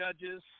judges